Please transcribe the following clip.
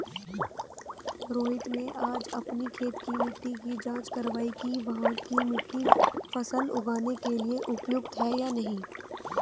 रोहित ने आज अपनी खेत की मिट्टी की जाँच कारवाई कि वहाँ की मिट्टी फसल उगाने के लिए उपयुक्त है या नहीं